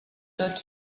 tot